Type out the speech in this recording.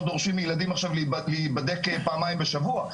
דורשים מילדים עכשיו להיבדק פעמיים בשבוע,